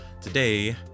today